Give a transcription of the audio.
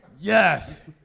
Yes